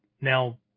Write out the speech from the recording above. now